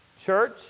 Church